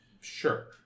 Sure